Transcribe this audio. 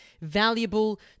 valuable